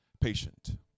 patient